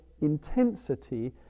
intensity